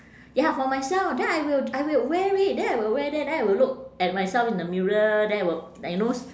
ya for myself then I will I will wear it then I will wear them then I will look at myself in the mirror then I will like you knows